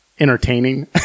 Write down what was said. Entertaining